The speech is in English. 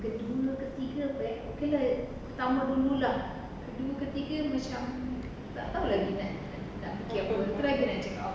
it looks like a normal lah you particularly the elderly man take